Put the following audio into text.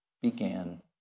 began